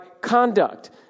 conduct